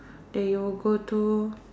that you will go to